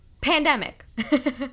pandemic